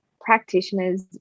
practitioners